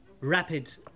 rapid